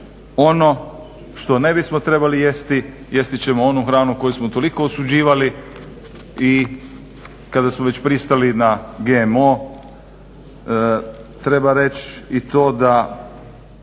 ono što ne bismo trebali jesti, jesti ćemo onu hranu koju smo toliko osuđivali i kada smo već pristali na GMO. Treba reći i to da